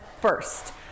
first